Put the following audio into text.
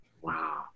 Wow